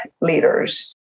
leaders